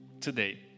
today